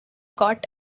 got